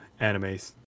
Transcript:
animes